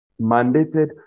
mandated